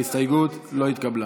ההסתייגות לא התקבלה.